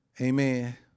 Amen